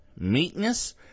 meekness